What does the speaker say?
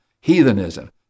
heathenism